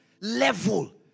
level